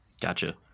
Gotcha